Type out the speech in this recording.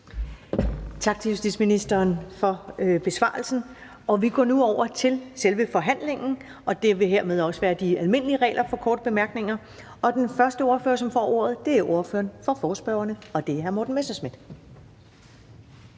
Tak til justitsministeren for besvarelsen. Vi går nu over til selve forhandlingen, og der vil også her være de almindelige regler for korte bemærkninger. Og den første ordfører, som får ordet, er ordføreren for forespørgerne, og det er hr. Morten Messerschmidt.